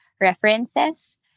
references